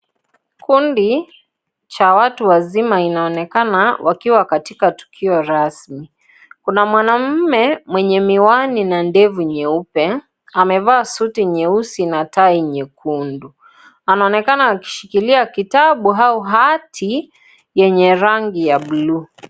Kundi cha watu wazima inaonekana wakiwa katika tukio rasmi, kuna mwanaume mwenye miwani na ndevu nyeupe amevaa suti nyeusi na tai nyekundu, anaonekana akishikilia kitabu au hati yenye rangi ya bulu.